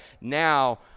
now